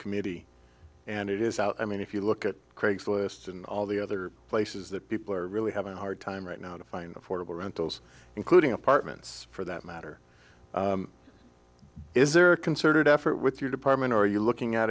committee and it is out i mean if you look at craigslist and all the other places that people are really having a hard time right now to find affordable rentals including apartments for that matter is there a concerted effort with your department or are you looking at